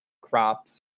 crops